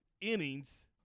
innings